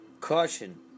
Caution